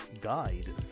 guide